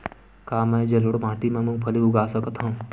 का मैं जलोढ़ माटी म मूंगफली उगा सकत हंव?